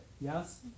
Yes